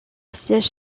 siège